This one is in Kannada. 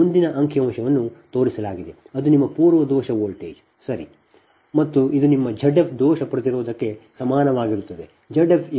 ಮುಂದಿನ ಅಂಕಿ ಅಂಶವನ್ನು ತೋರಿಸಲಾಗಿದೆ ಅದು ನಿಮ್ಮ ಪೂರ್ವ ದೋಷ ವೋಲ್ಟೇಜ್ ಸರಿ ಮತ್ತು ಇದು ನಿಮ್ಮ Z f ದೋಷ ಪ್ರತಿರೋಧಕ್ಕೆ ಸಮಾನವಾಗಿರುತ್ತದೆ